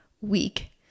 week